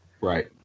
Right